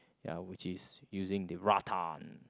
ya which is using the rattan